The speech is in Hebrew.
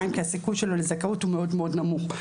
כי הסיכוי שלו לזכאות הוא מאוד מאוד נמוך.